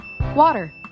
Water